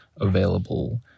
available